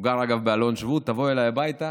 הוא גר, אגב, באלון שבות, תבוא אליי הביתה